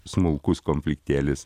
smulkus konfliktėlis